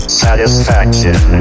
satisfaction